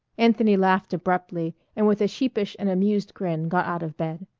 anthony laughed abruptly and with a sheepish and amused grin got out of bed.